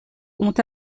ont